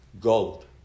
gold